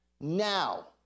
now